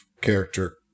character